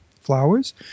flowers